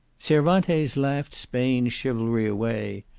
cervantes laughed spain's chivalry away,